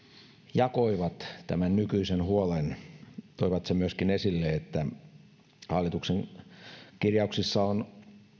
jakoivat tämän nykyisen huolen toivat esille myöskin sen että hallituksen kirjauksissa on